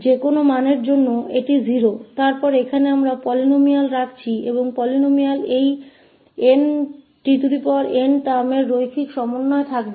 तो इस परिणाम से क्योंकि n के किसी भी मान के लिए यह 0 है तो यहां हम बहुपद रख रहे हैं और बहुपद में ऐसे पदों का यह रैखिक संयोजन tn होगा